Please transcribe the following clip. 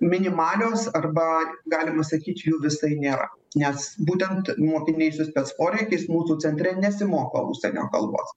minimalios arba galima sakyt jų visai nėra nes būtent mokiniai su spec poreikiais mūsų centre nesimoko užsienio kalbos